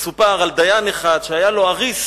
בגמרא מסופר על דיין אחד, שהיה לו אריס,